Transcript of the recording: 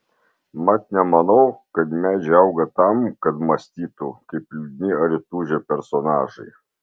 mat nemanau kad medžiai auga tam kad mąstytų kaip liūdni ar įtūžę personažai